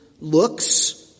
looks